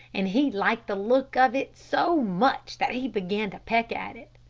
and he liked the look of it so much that he began to peck at it.